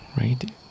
right